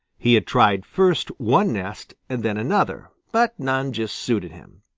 he had tried first one nest and then another, but none just suited him.